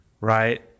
right